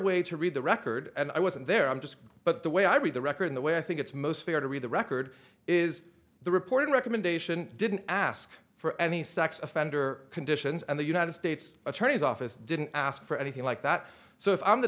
way to read the record and i wasn't there i'm just but the way i read the record the way i think it's most fair to read the record is the reported recommendation didn't ask for any sex offender conditions and the united states attorney's office didn't ask for anything like that so if i'm the